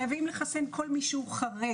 חייבים לחסן כל מי שחרד.